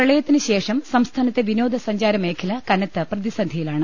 പ്രളയത്തിനുശേഷം സംസ്ഥാനത്തെ വിനോദ സഞ്ചാരമേഖല കനത്ത പ്രതിസന്ധിയിലാണ്